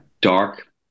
dark